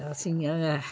अस इ'यां गै